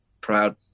Proud